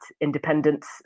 independence